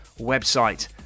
website